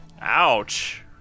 Ouch